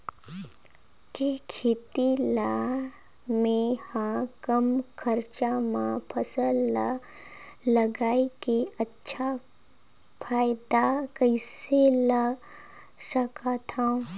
के खेती ला मै ह कम खरचा मा फसल ला लगई के अच्छा फायदा कइसे ला सकथव?